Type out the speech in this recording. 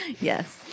Yes